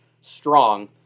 strong